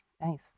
Nice